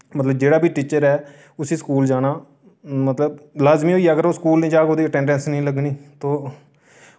मतलब जेह्ड़ा बी टीचर ऐ उस्सी स्कूल जाना मतलब लाजमी होई गेआ अगर ओह् स्कूल नेईं जाह्ग ओह्दी अटेंडेंस नेईं लग्गनी तो